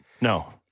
No